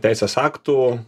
teisės aktų